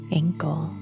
ankle